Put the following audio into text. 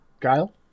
Kyle